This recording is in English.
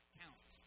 count